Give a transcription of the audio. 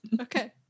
okay